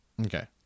Okay